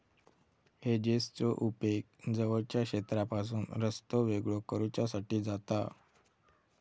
हेजेसचो उपेग जवळच्या क्षेत्रापासून रस्तो वेगळो करुच्यासाठी जाता